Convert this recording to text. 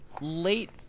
late